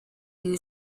you